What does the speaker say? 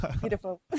Beautiful